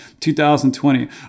2020